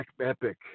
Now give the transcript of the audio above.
epic